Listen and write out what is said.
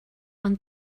ond